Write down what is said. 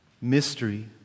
Mystery